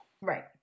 right